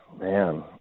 Man